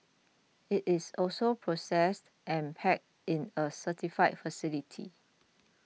it is also processed and packed in a certified facility